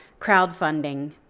crowdfunding